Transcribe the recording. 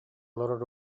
олорор